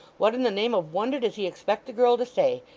what in the name of wonder does he expect the girl to say,